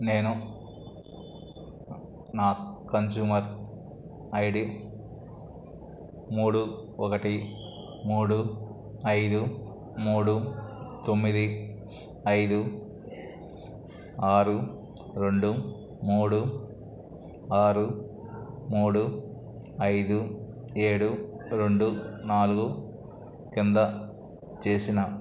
నేను నా consumer I D మూడు ఒకటి మూడు ఐదు మూడు తొమ్మిది ఐదు ఆరు రెండు మూడు ఆరు మూడు ఐదు ఏడు రెండు నాలుగు కింద చేసిన